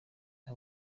nta